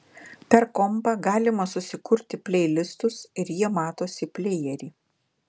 per kompą galima susikurti pleilistus ir jie matosi plejery